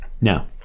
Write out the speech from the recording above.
Now